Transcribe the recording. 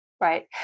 Right